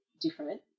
different